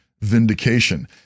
vindication